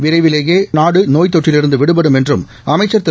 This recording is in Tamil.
விரைவிலேயே நாடு நோய்த்தொற்றிலிருந்து விடுபடும் என்றும் அமைச்சள் திரு